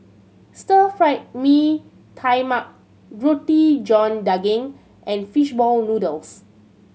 Stir Fried Mee Tai Mak Roti John Daging and fish ball noodles